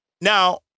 Now